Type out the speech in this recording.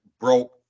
broke